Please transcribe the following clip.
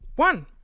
One